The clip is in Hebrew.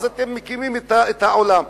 אתם מקימים את העולם.